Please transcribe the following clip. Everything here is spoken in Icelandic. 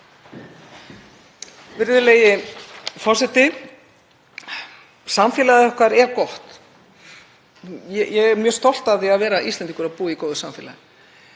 Virðulegi forseti. Samfélagið okkar er gott. Ég er mjög stolt af því að vera Íslendingur og búa í góðu samfélagi.